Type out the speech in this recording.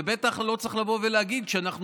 ובטח לא צריך לבוא ולהגיד כשאנחנו